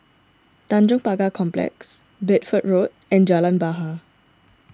Tanjong Pagar Complex Bedford Road and Jalan Bahar